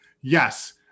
Yes